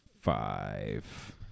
five